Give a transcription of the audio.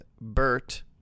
Bert